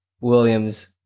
Williams